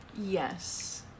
Yes